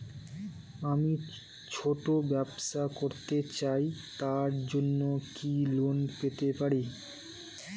আমি ছোট ব্যবসা করতে চাই তার জন্য কি লোন পেতে পারি?